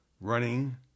running